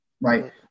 Right